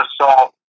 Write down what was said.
assault